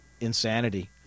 insanity